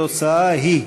התוצאה היא: